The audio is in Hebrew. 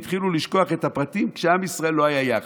התחילו לשכוח את הפרטים כשעם ישראל לא היה יחד.